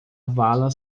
vala